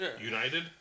United